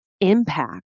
impact